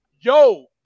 yo